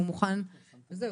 זהו,